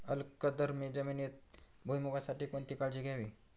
अल्कधर्मी जमिनीत भुईमूगासाठी कोणती काळजी घ्यावी?